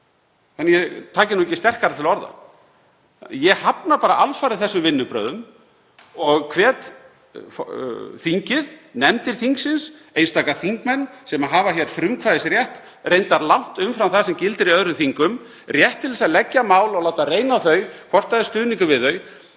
svo ég taki ekki sterkar til orða. Ég hafna alfarið þessum vinnubrögðum og hvet þingið, nefndir þingsins, einstaka þingmenn sem hafa hér frumkvæðisrétt, reyndar langt umfram það sem gildir í öðrum þingum, rétt til þess að leggja fram mál og láta reyna á þau hvort stuðningur er við þau,